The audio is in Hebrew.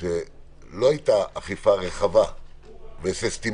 שלא הייתה אכיפה רחבה וסיסטמתית.